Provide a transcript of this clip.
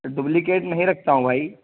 duplicate نہیں رکھتا ہوں بھائی